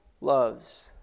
loves